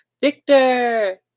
Victor